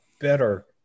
better